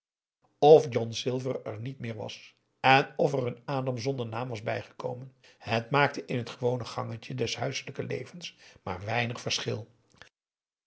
of john silver er niet meer was en of er een adam zonder naam was bijgekomen het maakte in het gewone gangetje des huiselijken levens maar weinig verschil